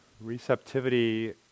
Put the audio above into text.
Receptivity